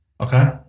Okay